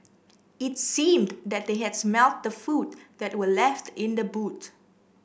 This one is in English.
it seemed that they had smelt the food that were left in the boot